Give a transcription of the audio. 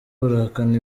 burahakana